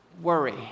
worry